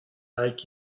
like